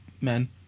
men